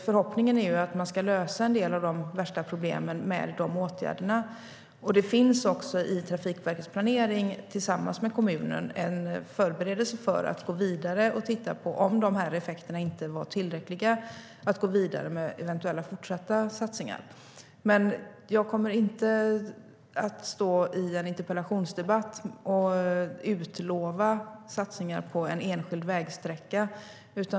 Förhoppningen är att man ska lösa en del av de värsta problemen med dessa åtgärder. Det finns också i Trafikverkets planering tillsammans med kommunen en förberedelse för att gå vidare och titta på eventuella fortsatta satsningar om effekterna inte är tillräckliga. Jag kommer dock inte att stå i en interpellationsdebatt och utlova satsningar på en enskild vägsträcka.